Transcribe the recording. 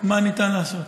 מה אפשר לעשות.